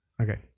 Okay